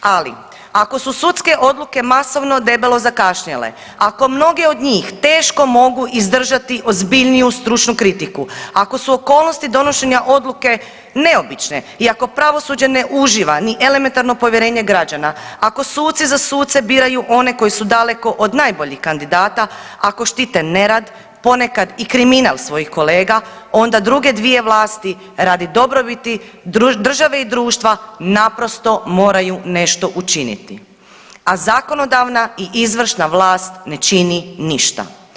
Ali ako su sudske odluke masovno debelo zakašnjele, ako mnoge od njih teško mogu izdržati ozbiljniju stručnu kritiku, ako su okolnosti donošenja odluke neobične i ako pravosuđe ne uživa ni elementarno povjerenje građana, ako suci za suce biraju one koji su daleko od najboljih kandidata, ako štite nerad, ponekad i kriminal svojih kolega, onda druge dvije vlasti radi dobrobiti države i društva naprosto moraju nešto učiniti a zakonodavna i izvršna vlast ne čini ništa.